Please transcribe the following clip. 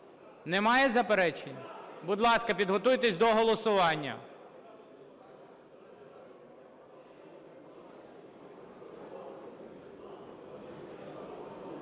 Немає заперечень? Будь ласка, підготуйтесь до голосування.